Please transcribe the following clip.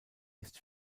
ist